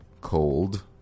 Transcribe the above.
cold